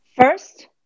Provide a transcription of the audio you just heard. First